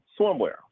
swimwear